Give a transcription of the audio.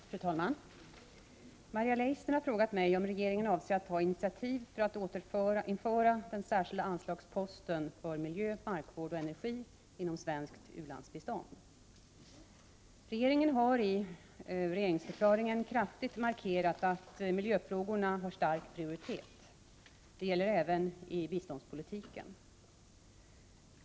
Fru talman! Maria Leissner har frågat mig om regeringen avser att ta initiativ för att återinföra den särskilda anslagsposten för miljö, markvård och energi inom svenskt u-landsbistånd. Regeringen har i regeringsförklaringen kraftigt markerat att miljöfrågorna har stark prioritet. Det gäller även i biståndspolitiken.